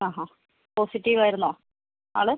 അ അ പോസിറ്റീവ് ആയിരുന്നോ ആള്